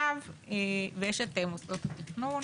ויש את מוסדות התכנון,